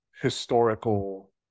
historical